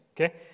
okay